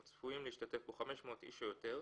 או צפויים להשתתף בו 500 איש או יותר,